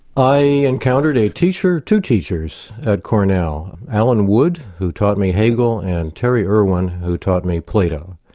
i encountered a teacher, two teachers, at cornell, alan wood, who taught me hegel, and terry irwin, who taught me plato.